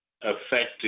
effective